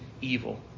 evil